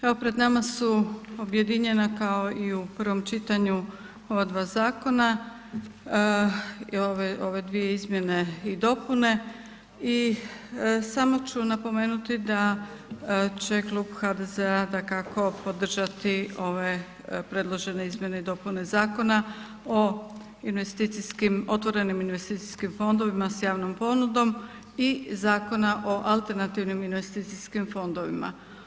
Evo pred nama su objedinjena kao i u prvom čitanju ova dva zakona i ove dvije izmjene i dopune i samo ću napomenuti da će klub HDZ-a podržati ove predložene izmjene i dopune Zakona o otvorenim investicijskim fondovima s javnom ponudom i Zakona o alternativnim investicijskim fondovima.